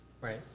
right